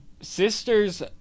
sister's